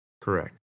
Correct